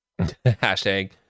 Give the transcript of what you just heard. Hashtag